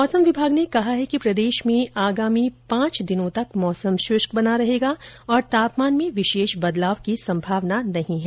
मौसम विभाग ने कहा है कि प्रदेश में आगामी पांच दिनों तक मौसम शुष्क बना रहेगा और तापमान में विशेष बदलाव की संभावना नहीं है